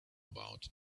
about